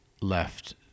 left